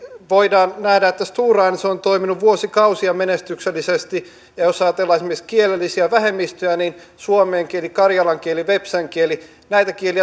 voidaan nähdä että esimerkiksi stora enso on toiminut siellä vuosikausia menestyksellisesti ja jos ajatellaan esimerkiksi kielellisiä vähemmistöjä suomen kielen karjalan kielen vepsän kielen näitten